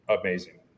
amazing